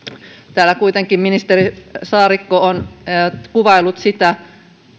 täällä kuitenkin ministeri saarikko on kuvaillut sitä